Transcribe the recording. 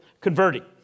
converting